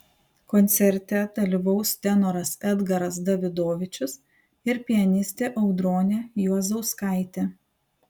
koncerte dalyvaus tenoras edgaras davidovičius ir pianistė audronė juozauskaitė